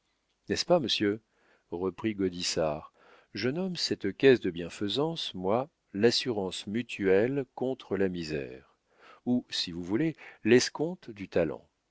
n'est-ce pas monsieur reprit gaudissart je nomme cette caisse de bienfaisance moi l'assurance mutuelle contre la misère ou si vous voulez l'escompte du talent